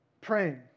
praying